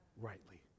rightly